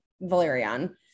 Valerian